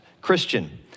Christian